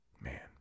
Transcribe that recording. man